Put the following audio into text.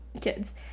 kids